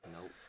Nope